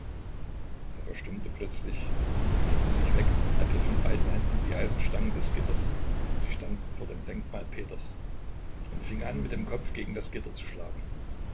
er verstummte plötzlich wandte sich weg ergriff mit beiden händen die eisenstangen des gitters sie standen vor dem denkmal peters und fing an mit dem kopf gegen das gitter zu schlagen